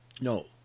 No